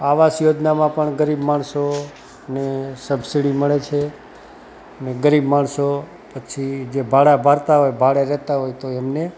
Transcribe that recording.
આવાસ યોજનામાં પણ ગરીબ માણસોને સબસિડી મળે છે ગરીબ માણસો પછી જે ભાડાં ભરતા હોય ભાડે રહેતા હોય તો એમને